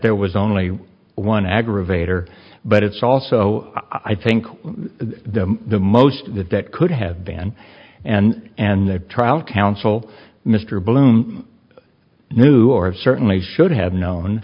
there was only one aggravator but it's also i think the most that could have been and and the trial counsel mr bloom knew or certainly should have known